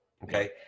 okay